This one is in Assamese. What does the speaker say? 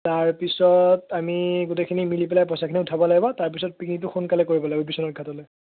তাৰপিছত আমি গোটেইখিনি মিলি পেলাই পইচাখিনি উঠাব লাগিব তাৰপিছত পিকনিকটো সোনকালে কৰিব লাগিব বিশ্বনাথ ঘাটলৈ